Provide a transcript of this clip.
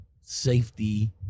safety